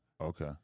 Okay